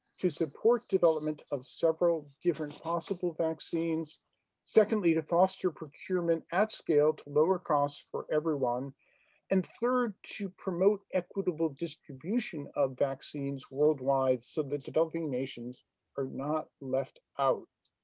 to support development of several different possible vaccines secondly, to foster procurement at scale to lower costs for everyone and third, to promote equitable distribution of vaccines worldwide so that developing nations are not left out.